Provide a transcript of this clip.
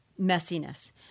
messiness